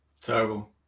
Terrible